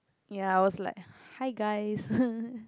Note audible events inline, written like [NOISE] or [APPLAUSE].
ya I was like hi guys [LAUGHS]